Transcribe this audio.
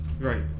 Right